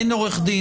אין עורך דין,